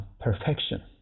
perfection